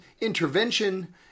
Intervention